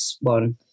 one